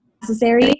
necessary